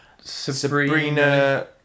Sabrina